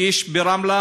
איש ברמלה,